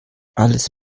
alles